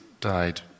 died